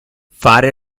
fare